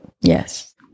Yes